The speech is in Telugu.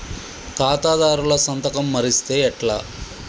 ఖాతాదారుల సంతకం మరిస్తే ఎట్లా?